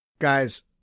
Guys